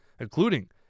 including